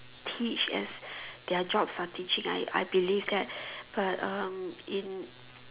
teach as their jobs are teaching I I believe that but um in